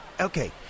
okay